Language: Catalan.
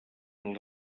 dels